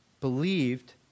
believed